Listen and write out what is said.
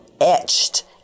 etched